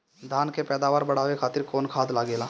धान के पैदावार बढ़ावे खातिर कौन खाद लागेला?